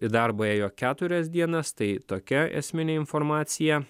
į darbą ėjo keturias dienas tai tokia esminė informacija